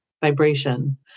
vibration